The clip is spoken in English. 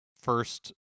first